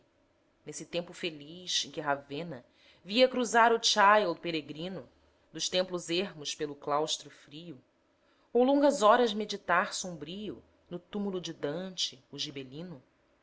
nesse tempo feliz em que ravena via cruzar o child peregrino dos templos ermos pelo claustro frio ou longas horas meditar sombrio no túmulo de dante o gibelino quando